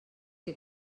que